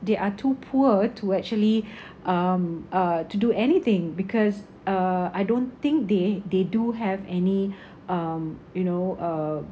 they are too poor to actually um uh to do anything because uh I don't think they they do have any um you know uh